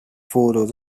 photos